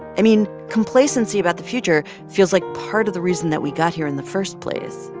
i mean, complacency about the future feels like part of the reason that we got here in the first place.